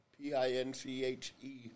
P-I-N-C-H-E